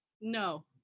No